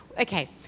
okay